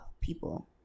people